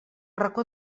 racó